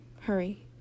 Hurry